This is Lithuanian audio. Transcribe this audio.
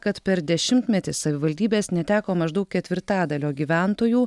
kad per dešimtmetį savivaldybės neteko maždaug ketvirtadalio gyventojų